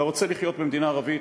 והרוצה לחיות במדינה ערבית,